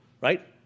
right